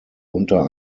unter